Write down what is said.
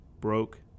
broke